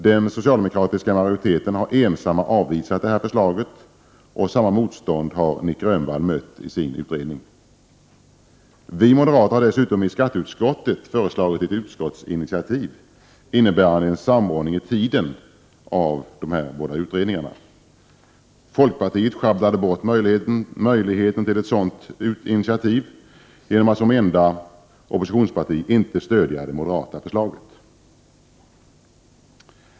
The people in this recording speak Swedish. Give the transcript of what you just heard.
Den socialdemokratiska majoriteten har ensam avvisat detta förslag. Samma motstånd har Nic Grönvall mött i sin utredning. Vi moderater har dessutom föreslagit i skatteutskottet ett utskottsinitiativ innebärande en samordning i tiden av dessa båda utredningar. Folkpartiet sjabblade bort den möjligheten genom att vara det enda oppositionsparti som inte stödde det moderata förslaget.